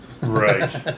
Right